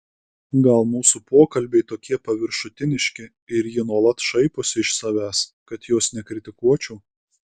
gal mūsų pokalbiai tokie paviršutiniški ir ji nuolat šaiposi iš savęs kad jos nekritikuočiau